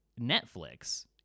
Netflix